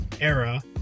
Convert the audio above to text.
era